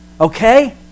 okay